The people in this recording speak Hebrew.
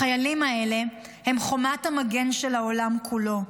החיילים האלה הם חומת המגן של העולם כולו,